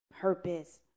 purpose